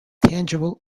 tangible